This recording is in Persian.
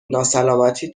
ناسلامتی